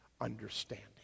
understanding